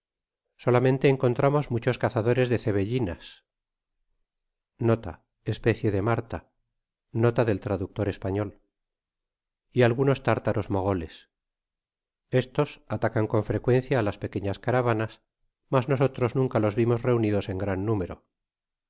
solamente encontramos muchos cazadores de cebellinas especie de marta del traductor español y algunos tártaros mogoles estos atacan con frecuencia á las pequeñas caravanas mas nosotros nunca los vimos reunidos en gran número